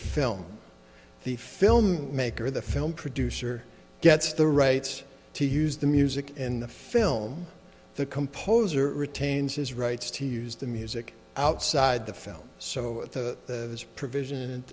film the film maker the film producer gets the rights to use the music in the film the composer retains his rights to use the music outside the film so this provision